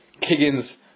Kiggins